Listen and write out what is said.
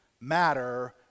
matter